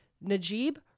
Najib